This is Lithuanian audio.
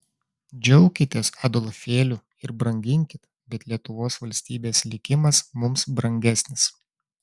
džiaukitės adolfėliu ir branginkit bet lietuvos valstybės likimas mums brangesnis